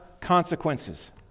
consequences